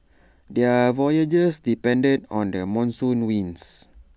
their voyages depended on the monsoon winds